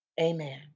amen